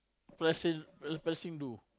Palestine what Palestine do